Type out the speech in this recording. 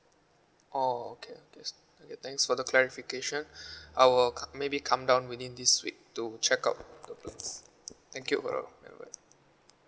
oh okay okay okay thanks for the clarification I will maybe come down within this week to check out the plans thank you